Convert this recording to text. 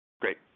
great